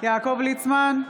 יעקב ליצמן,